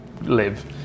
live